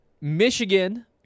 Michigan